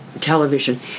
television